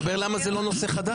דבר על למה זה לא נושא חדש.